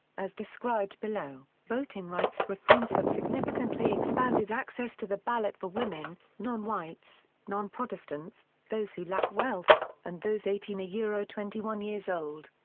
as described below, voting rights reforms have significantly expanded access to the ballot for women, non-whites, non-protestants, those who lack wealth, and those eighteen twenty one years old.